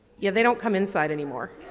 yeah, they don't come inside anymore.